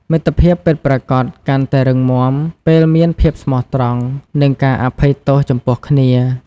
មិត្តភាពពិតប្រាកដកាន់តែរឹងមាំ ពេលមានភាពស្មោះត្រង់ និងការអភ័យទោសចំពោះគ្នា។